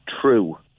true